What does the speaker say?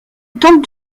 tante